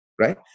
right